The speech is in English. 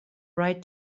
right